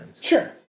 Sure